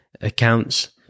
accounts